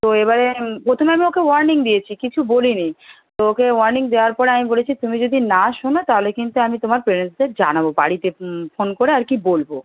তো এবারে প্রথমে আমি ওকে ওর্য়ানিং দিয়েছি কিছু বলি নি তো ওকে ওর্য়ানিং দেওয়ার পরে আমি বলেছি তুমি যদি না শোনো তাহলে কিন্তু আমি তোমার পেরেন্সদের জানাবো বাড়িতে ফোন করে আর কি বলবো